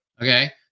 okay